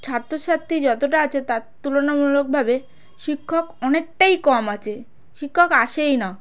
ছাত্র ছাত্রী যতটা আছে তার তুলনামূলকভাবে শিক্ষক অনেকটাই কম আছে শিক্ষক আসেই না